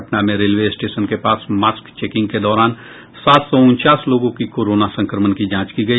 पटना में railway station के पास मास्क चेंकिंग के दौरान सात सौ उनचास लोगों की कोरोना संक्रमण की जांच की गई